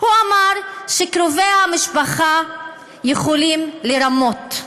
הוא אמר שקרובי המשפחה יכולים לרמות.